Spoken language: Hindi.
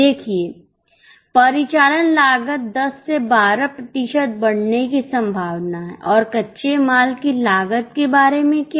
देखिए परिचालन लागत 10 से 12 प्रतिशत बढ़ने की संभावना है और कच्चे माल की लागत के बारे में क्या